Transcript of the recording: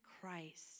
Christ